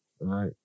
right